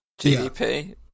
gdp